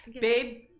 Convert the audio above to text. babe